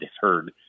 heard